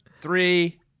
three